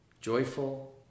joyful